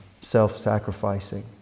self-sacrificing